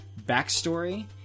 backstory